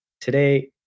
today